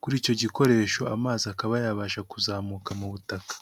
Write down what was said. kuri icyo gikoresho amazi akaba yabasha kuzamuka mu butaka.